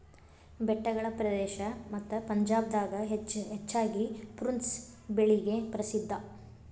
ಬೆಟ್ಟಗಳ ಪ್ರದೇಶ ಮತ್ತ ಪಂಜಾಬ್ ದಾಗ ಹೆಚ್ಚಾಗಿ ಪ್ರುನ್ಸ್ ಬೆಳಿಗೆ ಪ್ರಸಿದ್ಧಾ